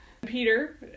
Peter